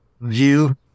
view